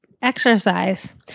Exercise